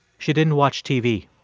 she didn't watch tv